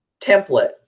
template